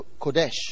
Kodesh